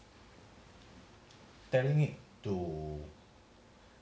telling it to